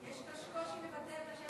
יש קושי לבטא את השם שלי?